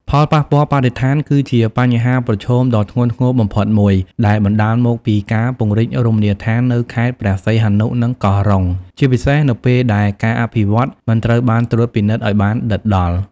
ផលប៉ះពាល់បរិស្ថាន គឺជាបញ្ហាប្រឈមដ៏ធ្ងន់ធ្ងរបំផុតមួយ ដែលបណ្ដាលមកពីការពង្រីករមណីយដ្ឋាននៅខេត្តព្រះសីហនុ និងកោះរ៉ុង ជាពិសេសនៅពេលដែលការអភិវឌ្ឍមិនត្រូវបានត្រួតពិនិត្យឲ្យបានដិតដល់។